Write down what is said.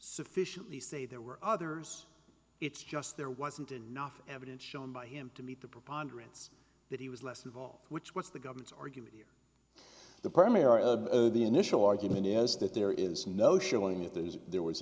sufficiently say there were others it's just there wasn't enough evidence shown by him to meet the preponderance that he was less involved which was the government's argument here the premier of the initial argument is that there is no